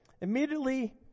Immediately